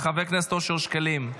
חבר הכנסת אושר שקלים,